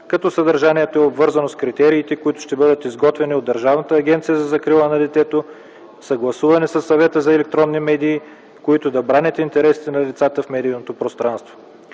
като съдържанието е обвързано с критериите, които ще бъдат изготвени от Държавната агенция за закрила на детето, съгласувани със Съвета за електронни медии, които да бранят интересите на децата в медийното пространство.